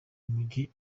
imijyi